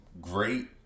Great